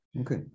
Okay